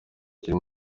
kiri